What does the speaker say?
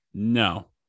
No